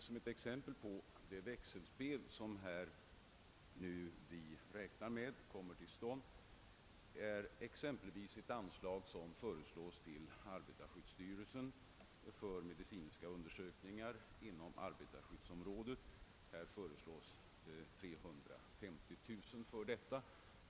Som ett exempel på det växelspel som vi räknar med nu skall komma till stånd vill jag nämna att det anslag som föreslås till arbetarskyddsstyrelsen för medicinska undersökningar inom arbetarskyddsområdet uppgår till 350 000 kr.